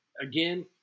Again